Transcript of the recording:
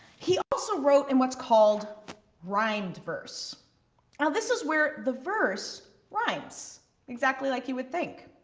he also wrote in what's called rhymed verse. now this is where the verse rhymes exactly like you would think.